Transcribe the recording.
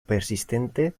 persistente